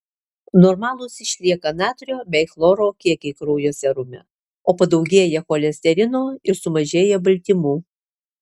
normalūs išlieka natrio bei chloro kiekiai kraujo serume o padaugėja cholesterino ir sumažėja baltymų